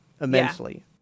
immensely